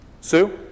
Sue